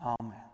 Amen